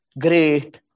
great